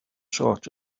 sort